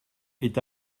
est